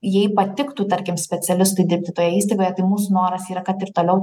jei patiktų tarkim specialistui dirbti toje įstaigoje tai mūsų noras yra kad ir toliau